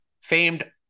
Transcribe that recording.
famed